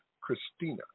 Christina